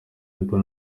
apple